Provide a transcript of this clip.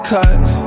Cause